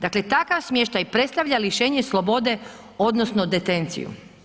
Dakle, takav smještaj predstavlja lišenje slobode odnosno detenciju.